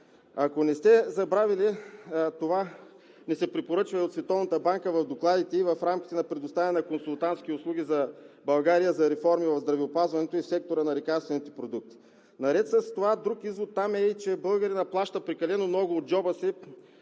Ако не сте забравили, това ни се препоръчва от Световната банка в докладите ѝ в рамките на предоставяне на консултантски услуги за България, за реформи в здравеопазването, и в сектора на лекарствените продукти. Наред с това, друг извод там е, че българинът плаща прекалено много от джоба си